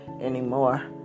anymore